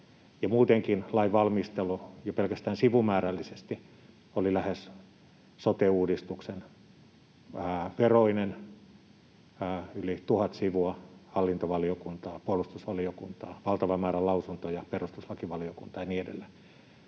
muutenkin lainvalmistelu jo pelkästään sivumäärällisesti oli lähes sote-uudistuksen veroinen, yli tuhat sivua hallintovaliokuntaa, puolustusvaliokuntaa, valtava määrä lausuntoja, perustuslakivaliokuntaa ja niin edelleen.